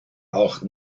auch